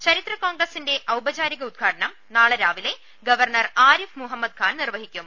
ചരിത്ര കോൺഗ്രസിന്റെ ഔപചാരിക ഉദ്ഘാടനം നാളെ രാവിലെ ഗവർണർ ആരിഫ് മുഹമ്മദ്ദ് ഖാൻ നിർവഹിക്കും